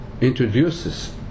introduces